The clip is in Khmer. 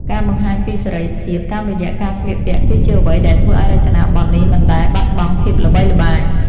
ការបង្ហាញពីសេរីភាពតាមរយៈការស្លៀកពាក់ គឺជាអ្វីដែលធ្វើឱ្យរចនាប័ទ្មនេះមិនដែលបាត់បង់ភាពល្បីល្បាញ។